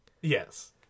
Yes